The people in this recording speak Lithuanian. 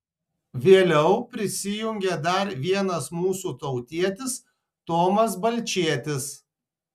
vėliau prisijungė dar vienas mūsų tautietis tomas balčėtis